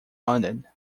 london